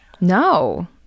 No